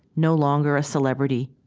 no longer a celebrity,